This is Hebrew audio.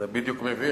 זה בדיוק מביך,